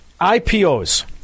IPOs